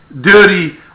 dirty